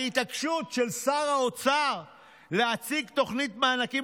ההתעקשות של שר האוצר להציג תוכנית מענקים